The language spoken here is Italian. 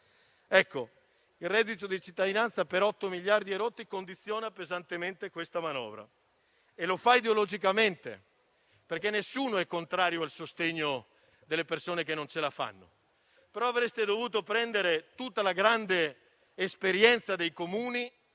Ecco, il reddito di cittadinanza per oltre 8 miliardi di euro condiziona pesantemente questa manovra e lo fa ideologicamente. Nessuno è contrario al sostegno delle persone che non ce la fanno, però avreste dovuto prendere tutta la grande esperienza dei Comuni,